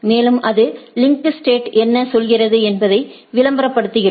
மேலும் அது link state என்ன சொல்கிறது என்பதை விளம்பரப்படுத்துகிறது